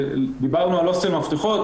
לגבי הוסטל מפתחות,